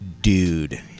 dude